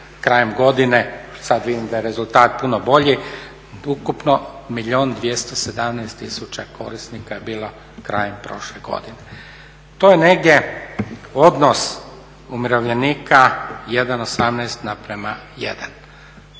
krajem godine, sad vidim da je rezultat puno bolji, ukupno milijun 217 tisuća korisnika je bilo krajem prošle godine. To je negdje odnos umirovljenika 1,18:1.